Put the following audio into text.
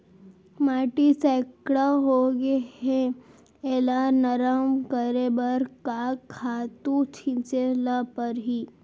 माटी सैकड़ा होगे है एला नरम करे बर का खातू छिंचे ल परहि?